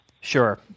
Sure